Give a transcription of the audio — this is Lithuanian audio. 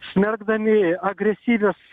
smerkdami agresyvius